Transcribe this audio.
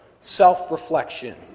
self-reflection